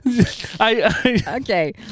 Okay